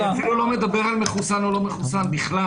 אני אפילו לא מדבר על מחוסן או לא מחוסן בכלל.